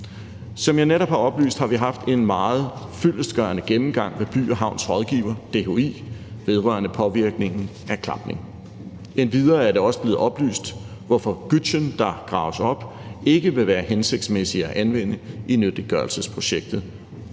Som jeg netop har oplyst, har vi haft en meget fyldestgørende gennemgang med By & Havns rådgiver, DHI, vedrørende påvirkningen af klapning. Endvidere er det også blevet oplyst, hvorfor gytjen, der graves op, ikke vil være hensigtsmæssig at anvende i nyttiggørelsesprojektet.